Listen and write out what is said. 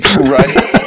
right